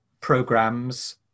programs